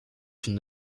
une